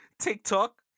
TikTok